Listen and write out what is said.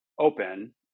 open